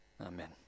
Amen